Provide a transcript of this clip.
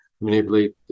manipulate